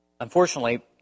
Unfortunately